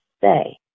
say